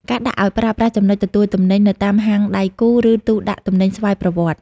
ការដាក់ឱ្យប្រើប្រាស់ចំណុចទទួលទំនិញ នៅតាមហាងដៃគូ ឬទូដាក់ទំនិញស្វ័យប្រវត្តិ ។